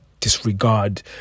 disregard